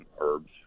herbs